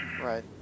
Right